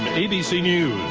abc news,